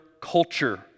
culture